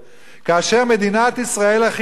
כאשר מדינת ישראל החילונית